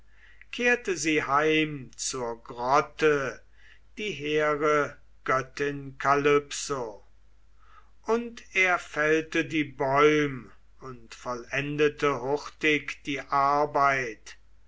kehrte sie heim zur grotte die hehre göttin kalypso und er fällte die bäum und vollendete hurtig die arbeit